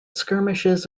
skirmishes